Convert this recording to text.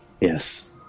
yes